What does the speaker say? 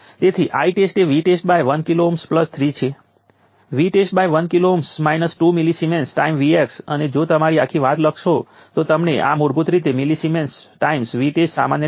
હવે હું કેપેસિટર્સ દ્વારા કરંટને પ્લોટ કરીશ જે આપણે જાણીએ છીએ કે t જે 0 ની બરાબર કરતા પહેલા વોલ્ટેજ કોન્સ્ટન્ટ હોય છે